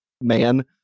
man